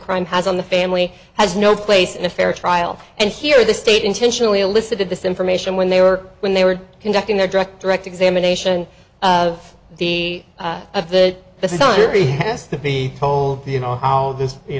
crime has on the family has no place in a fair trial and here the state intentionally elicited this information when they were when they were conducting their direct direct examination of the of the this is utter b s to be told you know how this you